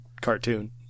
cartoon